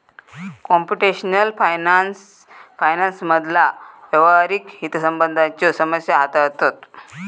computational finance फायनान्समधला व्यावहारिक हितसंबंधांच्यो समस्या हाताळता